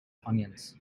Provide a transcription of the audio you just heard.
onions